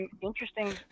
interesting